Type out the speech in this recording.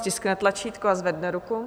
Ať stiskne tlačítko a zvedne ruku.